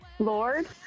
Lord